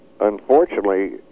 Unfortunately